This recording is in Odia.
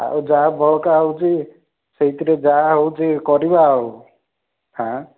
ଆଉ ଯାହା ବଳକା ହେଉଛି ସେଇଥିରେ ଯାହା ହେଉଛି କରିବା ଆଉ ହାଁ